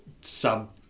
sub